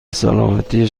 سلامتی